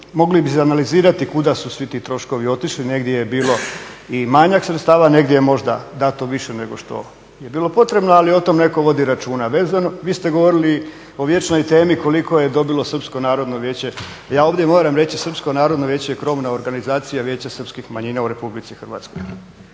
mogli bi izanalizirati kuda su svi ti troškovi otišli, negdje je bilo i manjak sredstava, negdje je možda dato više nego što je bilo potrebno, ali o tome netko vodi računa. Vi ste govorili o vječnoj temi koliko je dobilo Srpsko narodno vijeće, ja ovdje moram reći, Srpsko narodno vijeće je krovna organizacija Vijeća srpskih manjina u RH.